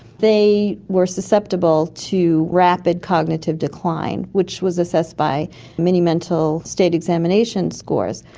they were susceptible to rapid cognitive decline, which was assessed by many mental state examination scores.